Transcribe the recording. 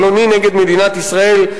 פלוני נגד מדינת ישראל.